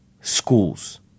schools